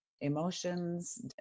emotions